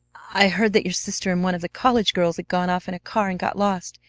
i heard that your sister and one of the college girls had gone off in a car and got lost.